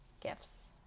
gifts